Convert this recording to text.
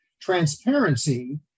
transparency